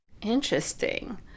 Interesting